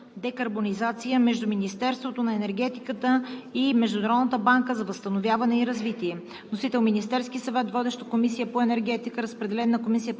декарбонизация“ между Министерството на енергетиката и Международната банка за възстановяване и развитие.